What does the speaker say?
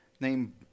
named